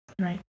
right